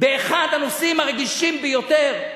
באחד הנושאים הרגישים ביותר,